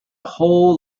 whole